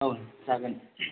औ जागोन